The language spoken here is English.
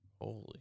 Holy